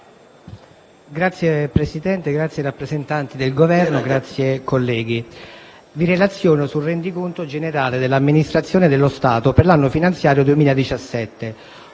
Signor Presidente, signori rappresentanti del Governo, onorevoli colleghi, vi relaziono sul «Rendiconto generale dell'Amministrazione dello Stato per l'anno finanziario 2017».